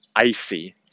icy